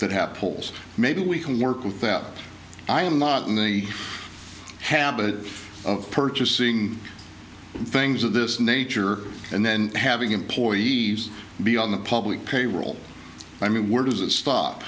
that happens maybe we can work with that but i am not in the habit of purchasing things of this nature and then having employees be on the public payroll i mean where does it stop